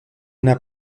una